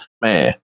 Man